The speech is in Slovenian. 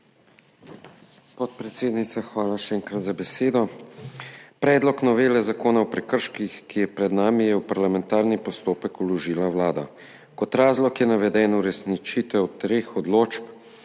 Podpredsednica, še enkrat hvala za besedo. Predlog novele Zakona o prekrških, ki je pred nami, je v parlamentarni postopek vložila Vlada. Kot razlog je navedena uresničitev treh odločb